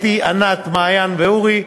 אתי, ענת, מעיין ואורי.